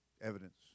evidence